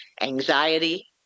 anxiety